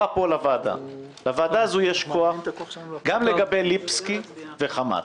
פה לוועדה לוועדה הזאת יש כוח גם לגבי ליפסקי וחמת.